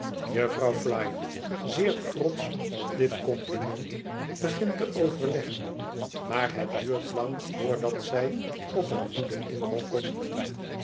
jufvrouw flite zeer trotsch op dit compliment begint te overleggen maar het duurt lang voordat zij op een goeden inval komt